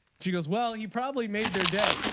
she goes well he probably made their day.